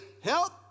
Help